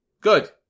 Good